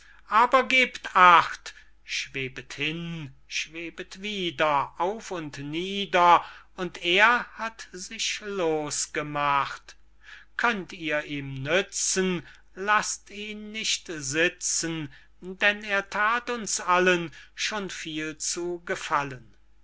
aber gebt acht schwebet hin schwebet wieder auf und nieder und er hat sich losgemacht könnt ihr ihm nützen laßt ihn nicht sitzen denn er that uns allen schon viel zu gefallen